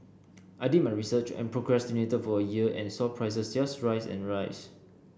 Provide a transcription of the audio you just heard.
I did my research and procrastinated for a year and saw prices just rise and rise